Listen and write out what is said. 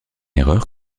erreur